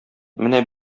менә